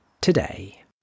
today